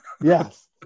Yes